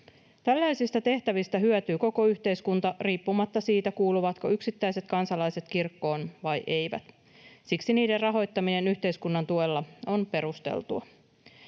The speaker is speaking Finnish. Tällaisista tehtävistä hyötyy koko yhteiskunta riippumatta siitä, kuuluvatko yksittäiset kansalaiset kirkkoon vai eivät. Siksi niiden rahoittaminen yhteiskunnan tuella on perusteltua.